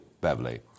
Beverly